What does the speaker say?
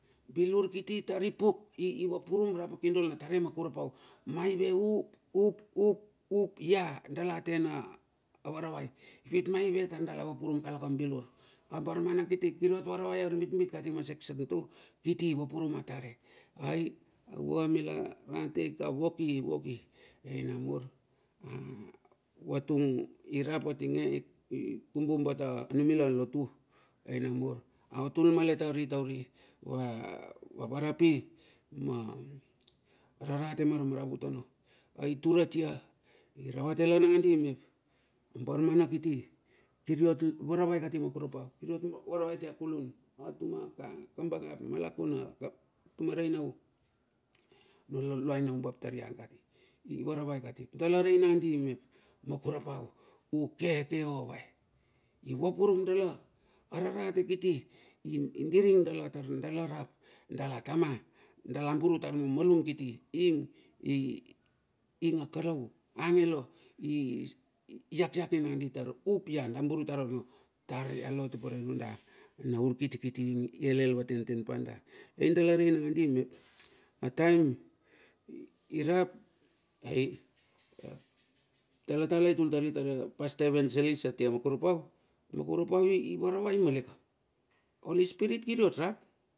Bilur kiti itaripuk i vapurum rap akindol na tare makurapua. Maive up up up up ia dala ava tena varavai? Ipit maive tar dala varuprum kalakam bilur? A baramana kiti kiri ot varavai arbitbit kati ma sect b2 kiti, ivarurum atare, aivua mila rate i ka vokivoki, ai namur avatung irap atinge, a kumbu bat a numila lotu, aot tul malet tari wa varapi ma rarate mara maravut ono. Ai tur atia i ravate la nangandi mep, a baramana kiti kiriot varavaikati makurapau, kiriot varavai atia kulun, atuma ka kabagap malakuna, tuma rainau. Oluaino umbap tari van i varavai kati dala rei nandi me makurapau ukeke ovae? I vapurum dala, ararate kiti i diring dala tar dala rap dala tama, dala buru tar ma malum kiti ing a kalou angelo i iakiak ki nadi mep upia da burutarono tar ia lo tupere na urkiti kiti ing ielel vat tenten pa da pi dala rei nangadi mep ataem irap talatala itultari tar pasta evangelis at makurapau ivaravai malet holi spirit kiriot rap.